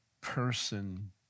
person